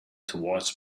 towards